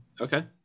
Okay